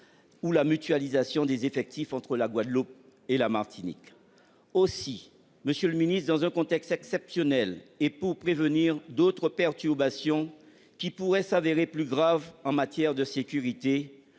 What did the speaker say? ou à la mutualisation des effectifs entre la Guadeloupe et la Martinique. Monsieur le ministre, dans ce contexte exceptionnel, et pour prévenir d'autres perturbations qui pourraient se révéler plus graves en matière de sécurité,